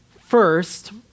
First